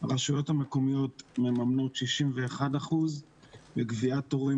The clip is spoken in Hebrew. הרשויות המקומיות ממנות 61% וגביית הורים